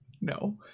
No